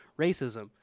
racism